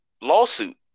lawsuit